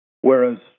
Whereas